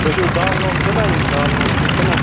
تُہۍ چھُو دالہٕ والہٕ کٕنان یِم دالہٕ والہٕ چھُو کٕنان